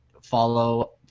follow